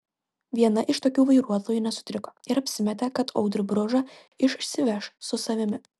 viena iš tokių vairuotojų nesutriko ir apsimetė kad audrių bružą išsiveš su savimi